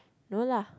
no lah